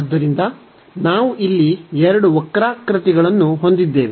ಆದ್ದರಿಂದ ನಾವು ಇಲ್ಲಿ ಎರಡು ವಕ್ರಾಕೃತಿಗಳನ್ನು ಹೊಂದಿದ್ದೇವೆ